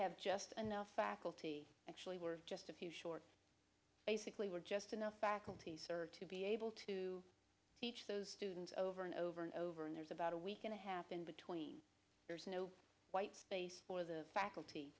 have just enough faculty actually we're just a few short basically were just enough faculty sir to be able to teach those students over and over and over and there's about a week and a half in between white space for the faculty